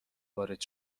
وارد